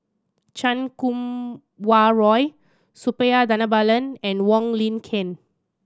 Chan Kum Wah Roy Suppiah Dhanabalan and Wong Lin Ken